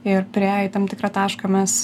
ir priėję į tam tikrą tašką mes